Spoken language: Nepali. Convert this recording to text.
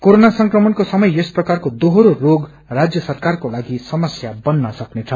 कोरोना संक्रमणको समय यस प्रकारको दोहरो रोग राज्य सरकारको लागि समस्य बन्न सक्नेछ